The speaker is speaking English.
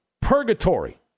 purgatory